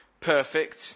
perfect